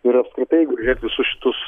ir apskritai jeigu žiūrėt visus šitus